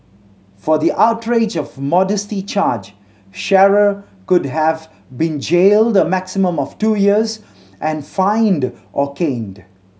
for the outrage of modesty charge Shearer could have been jailed a maximum of two years and fined or caned